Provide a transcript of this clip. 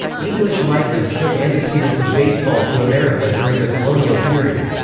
english migrants took antecedents of baseball to america during the colonial period.